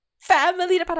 family